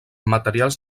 materials